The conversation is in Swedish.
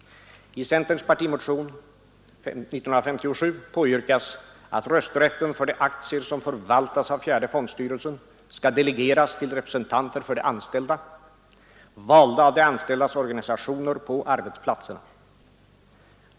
I centerns partimotion nr 1957 påyrkas att rösträtten för de aktier som förvaltas av fjärde fondstyrelsen skall delegeras till representanter för de anställda, valda av de anställdas organisationer på arbetsplatserna.